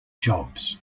jobs